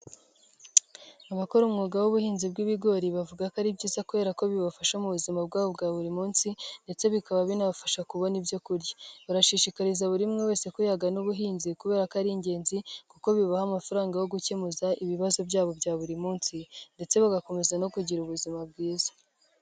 Abakora umwuga w'ubuhinzi bw'ibigori, bavuga ko ari byiza kubera ko bibafasha mu buzima bwabo bwa buri munsi ndetse bikaba binabafasha kubona ibyo kurya. Barashishikariza buri umwe wese ko yagana ubuhinzi kubera ko ari ingenzi kuko bibaha amafaranga yo gukemura ibibazo byabo bya buri munsi ndetse bagakomeza no kugira ubuzima bwiza.